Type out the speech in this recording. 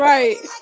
Right